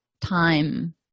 time